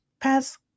pass